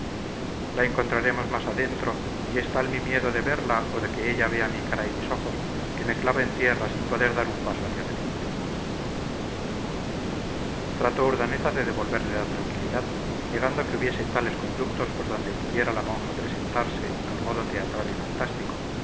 la encontraremos más adentro y es tal mi miedo de verla o de que ella vea mi cara y mis ojos que me clavo en tierra sin poder dar un paso hacia adelante trató urdaneta de devolverle la tranquilidad negando que hubiese tales conductos por donde pudiera la monja presentarse al modo teatral y fantástico